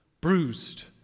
bruised